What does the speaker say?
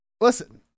listen